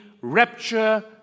rapture